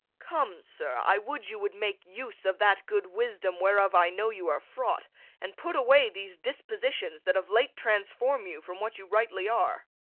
come, sir, i would you would make use of that good wisdom, whereof i know you are fraught and put away these dispositions, that of late transform you from what you rightly are.